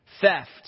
theft